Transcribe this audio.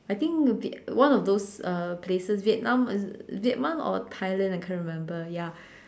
I think it'll be one of those uh places Vietnam is Vietnam or Thailand I can't remember ya